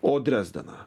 o dresdeną